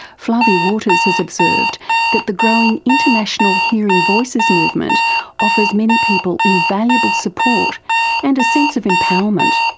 flavie waters has observed that the growing international hearing voices movement offers many people invaluable support and a sense of empowerment.